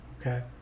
Okay